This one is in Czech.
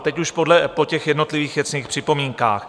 Teď už po těch jednotlivých věcných připomínkách.